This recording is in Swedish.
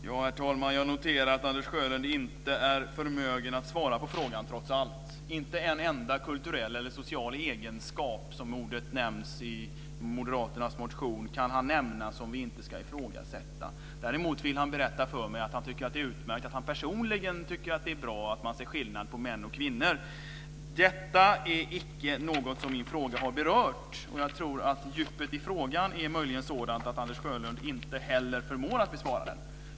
Herr talman! Jag noterar att Anders Sjölund trots allt inte är förmögen att svara på frågan. Han kan inte nämna en enda kulturell eller social egenskap, som ordet nämns i Moderaternas motion, som vi inte ska ifrågasätta. Däremot vill han berätta för mig att han personligen tycker att det är utmärkt att man ser skillnad på män och kvinnor. Detta är inte något som min fråga har berört. Jag tror att djupet i frågan möjligen är sådant att Anders Sjölund inte heller förmår att besvara den.